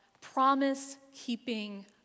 promise-keeping